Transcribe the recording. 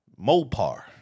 Mopar